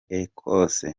ecosse